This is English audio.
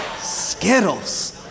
Skittles